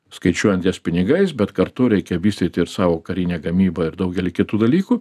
skaičiuojant jas pinigais bet kartu reikia vystyti ir savo karinę gamybą ir daugelį kitų dalykų